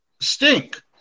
stink